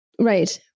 right